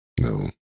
No